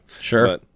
Sure